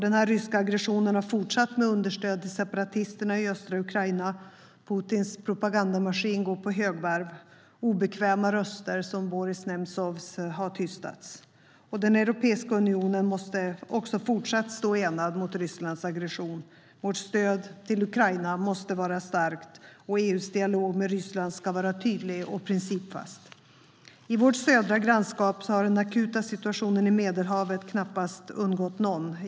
Den ryska aggressionen har fortsatt med understöd från separatisterna i östra Ukraina. Putins propagandamaskin går på högvarv. Obekväma röster, till exempel Boris Nemtsov, har tystats. Europeiska unionen måste fortsätta att stå enad mot Rysslands aggression. Vårt stöd till Ukraina måste vara starkt, och EU:s dialog med Ryssland ska vara tydlig och principfast. I vårt södra grannskap har den akuta situationen i Medelhavet knappast undgått någon.